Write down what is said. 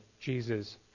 Jesus